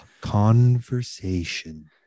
Conversation